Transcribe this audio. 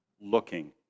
looking